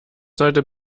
sollte